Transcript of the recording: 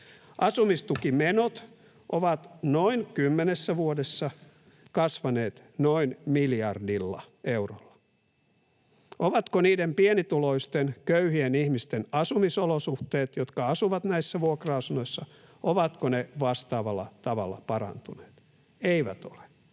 Asumistukimenot ovat noin 10 vuodessa kasvaneet noin miljardilla eurolla. Ovatko niiden pienituloisten, köyhien ihmisten, jotka asuvat näissä vuokra-asunnoissa, asumisolosuhteet vastaavalla tavalla parantuneet? Eivät ole.